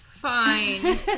Fine